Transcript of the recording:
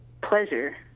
pleasure